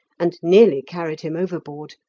and nearly carried him overboard.